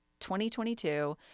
2022